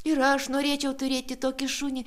ir aš norėčiau turėti tokį šunį